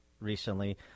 recently